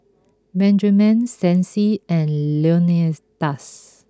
Benjamen Stacy and Leonidas